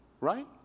right